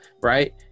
right